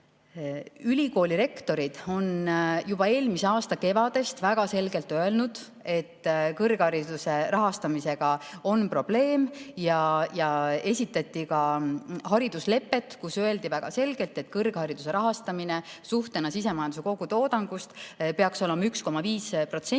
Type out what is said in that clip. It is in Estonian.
Ülikoolirektorid on juba eelmise aasta kevadest alates väga selgelt öelnud, et kõrghariduse rahastamisega on probleem. Esitati ka hariduslepe, kus öeldi väga selgelt, et kõrghariduse rahastamine suhtena sisemajanduse kogutoodangusse peaks olema 1,5%.